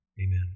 amen